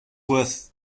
worth